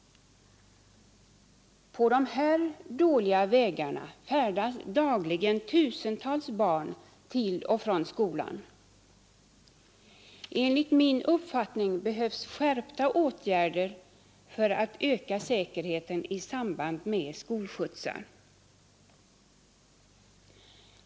På de här dåliga vägarna färdas dagligen tusentals barn till och från skolan. Enligt min uppfattning behövs skärpta åtgärder för att öka säkerheten i samband med skolskjutsar.